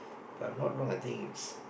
if I'm not wrong I think it's